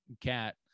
cat